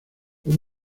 por